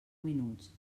minuts